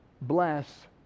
Bless